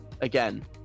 again